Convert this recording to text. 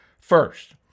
First